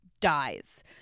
dies